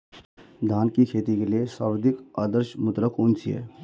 धान की खेती के लिए सर्वाधिक आदर्श मृदा कौन सी है?